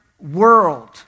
world